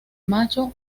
macho